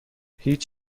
هیچ